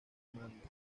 mando